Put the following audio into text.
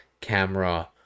Camera